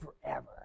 forever